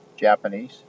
Japanese